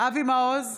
אבי מעוז,